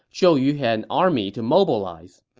zhou yu had an army to mobilize.